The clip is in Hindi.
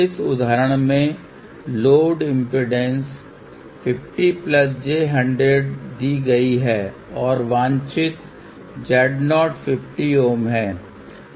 इस उदाहरण में लोड इम्पीडेन्स 50j100 Ω दी गई है और वांछित Z0 50 Ω है